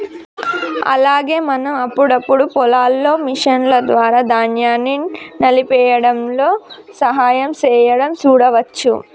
అలాగే మనం అప్పుడప్పుడు పొలాల్లో మిషన్ల ద్వారా ధాన్యాన్ని నలిపేయ్యడంలో సహాయం సేయడం సూడవచ్చు